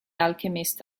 alchemist